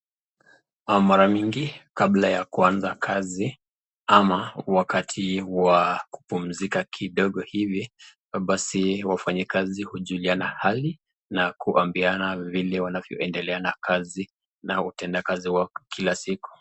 Mara mimgi kabla ya kuanza kazi ama wakati wa kupumzika kidogo hivi basi wafanyikazi hujuliana hali na kuambiana vile wanavyoendelea na kazi na utenda kazi wao kila siku.